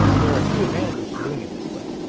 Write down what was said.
there are few advantages to doing it this way.